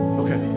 okay